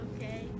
okay